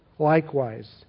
Likewise